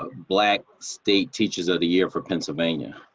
ah black state teachers of the year for pennsylvania.